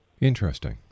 Interesting